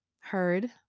heard